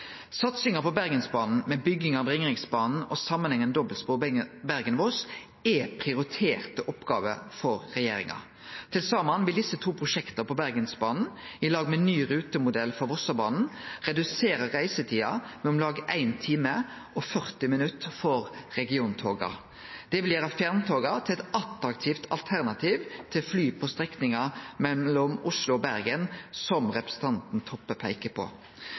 Satsinga på Bergensbanen med bygging av Ringeriksbanen og samanhengande dobbeltspor Bergen–Voss er prioriterte oppgåver for regjeringa. Til saman vil desse to prosjekta på Bergensbanen, i lag med ny rutemodell for Vossabanen, redusere reisetida med om lag 1 time og 40 minutt for regiontoga. Det vil gjere fjerntoga til eit attraktivt alternativ til fly på strekninga mellom Oslo og Bergen, som representanten Toppe peiker på.